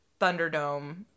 Thunderdome